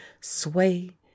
sway